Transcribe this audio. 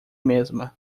mesma